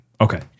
Okay